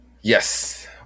Yes